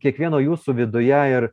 kiekvieno jūsų viduje ir